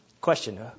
Question